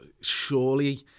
surely